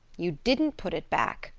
you didn't put it back,